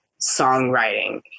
songwriting